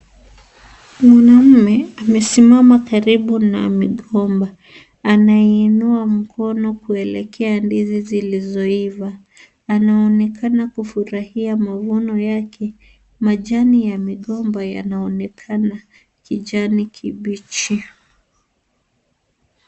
Mwanaume amesimama karibu na mgomba. Anainua mkono kuelekea ndizi zilizoiva. Anaonekana kufurahia mavuno yake. Majani ya migomba yanaonekana kijani kibichi.